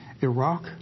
Iraq